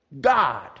God